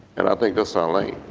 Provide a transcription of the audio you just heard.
and i think that's our lane.